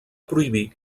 prohibir